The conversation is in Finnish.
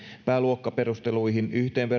pääluokkaperusteluihin